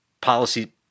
policy